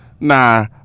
Nah